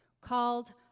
called